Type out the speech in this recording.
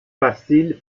facile